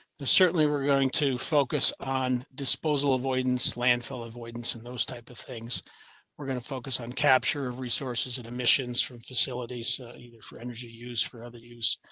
certainly, we're going to focus on disposal, avoidance, landfill avoidance and those type of things we're going to focus on capture of resources and emissions from facilities, either for energy use for other use.